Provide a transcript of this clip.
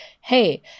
hey